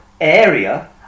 area